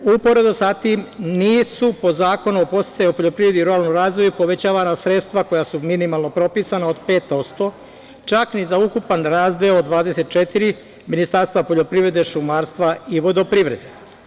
Međutim, uporedo sa tim nisu po zakonu o podsticaju o poljoprivredi i ruralnom razvoju povećavana sredstva koja su minimalno propisana od 5%, čak ni za ukupan razdeo 24 Ministarstva poljoprivrede, šumarstva i vodoprivrede.